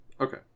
Okay